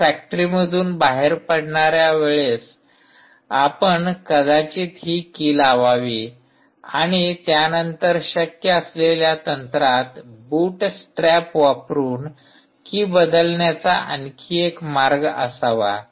तर फॅक्टरी मधून बाहेर पडण्यावेळेस आपण कदाचित ही की लावावी आणि त्यानंतर शक्य असलेल्या तंत्रात बूटस्ट्रॅप वापरुन की बदलण्याचा आणखी एक मार्ग असावा